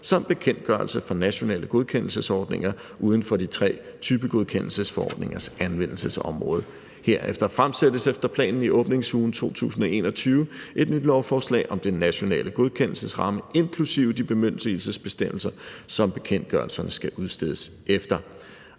samt bekendtgørelser for nationale godkendelsesordninger uden for de tre typegodkendelsesforordningers anvendelsesområde. Herefter fremsættes efter planen i åbningsugen 2021 et nyt lovforslag om den nationale godkendelsesramme inklusive de bemyndigelsesbestemmelser, som bekendtgørelserne skal udstedes efter.